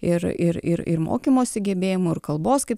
ir ir ir ir mokymosi gebėjimų ir kalbos kaip